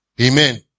Amen